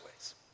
ways